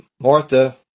Martha